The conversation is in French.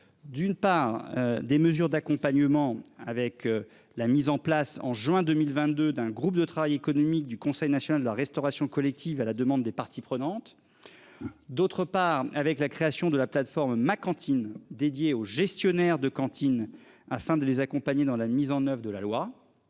D'une part des mesures d'accompagnement avec la mise en place en juin 2022 d'un groupe de travail économique du Conseil national de la restauration collective, à la demande des parties prenantes. D'autre part avec la création de la plateforme ma cantine dédié aux gestionnaires de cantines afin de les accompagner dans la mise en oeuvre de la loi.